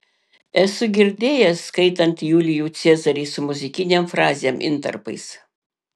esu girdėjęs skaitant julijų cezarį su muzikinėm frazėm intarpais